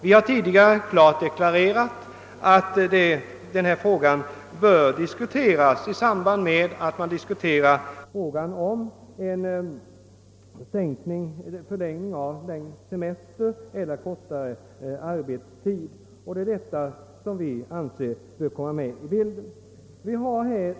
Vi har tidigare klart deklarerat att denna fråga bör behandlas i samhand med spörsmålen om en eventuell förlängning av semestern eller en kortare arbetstid. Vi anser att detta bör komma med i bilden.